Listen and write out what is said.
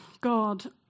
God